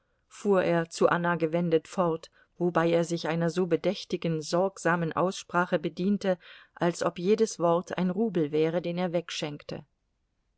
fuhr er zu anna gewendet fort wobei er sich einer so bedächtigen sorgsamen aussprache bediente als ob jedes wort ein rubel wäre den er